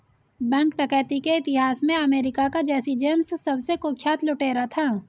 bank डकैती के इतिहास में अमेरिका का जैसी जेम्स सबसे कुख्यात लुटेरा था